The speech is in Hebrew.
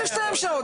72 שעות.